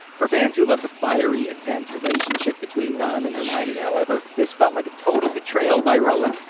for fans who loved the fiery, intense relationship between ron and hermione, however, this felt like a total betrayal by rowling.